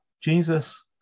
jesus